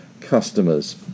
customers